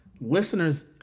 listeners